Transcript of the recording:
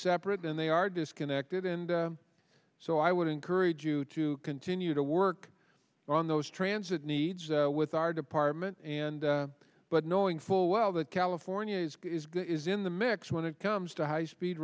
separate and they are disconnected and so i would encourage you to continue to work on those transit needs with our department and but knowing full well that california is in the mix when it comes to high speed